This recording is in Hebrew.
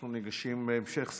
אנחנו ניגשים להמשך סדר-היום.